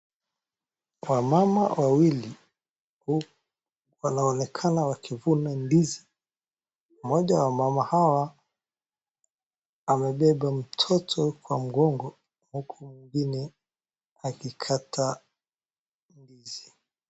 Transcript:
Wamama wawili wanaonekana wakivuna ndizi. Mmoja wa wamama hawa amebeba mtoto kwa mgongo huku mwingine akikata ndizi.